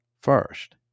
first